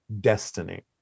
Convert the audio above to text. destiny